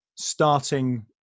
starting